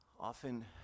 Often